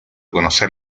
conocer